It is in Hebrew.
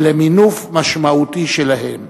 למינוף משמעותי שלהן.